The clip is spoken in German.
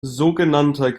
sogenannter